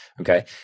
Okay